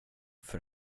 för